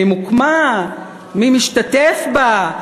ואם הוקמה, מי משתתף בה?